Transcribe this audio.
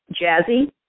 Jazzy